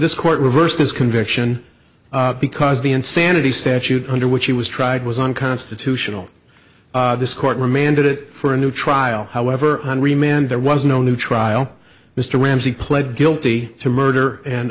this court reversed his conviction because the insanity statute under which he was tried was unconstitutional this court remanded it for a new trial however hungry man there was no new trial mr ramsey pled guilty to murder and